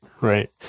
right